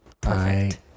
Perfect